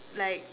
like